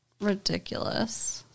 ridiculous